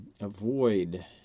avoid